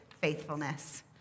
faithfulness